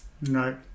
No